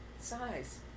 Size